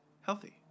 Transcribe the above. healthy